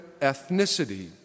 ethnicity